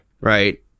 right